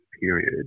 period